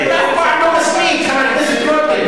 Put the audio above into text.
אתה אף פעם לא מסמיק, חבר הכנסת רותם.